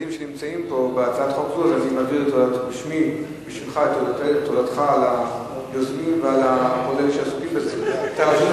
מעביר בשמך את תודתך ליוזמים ולכל אלה שעסוקים בזה.